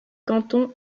cantons